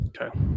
Okay